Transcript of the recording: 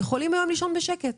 יכולים לישון בשקט?